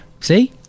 see